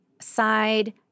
side